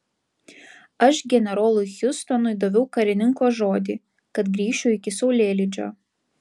aš generolui hiustonui daviau karininko žodį kad grįšiu iki saulėlydžio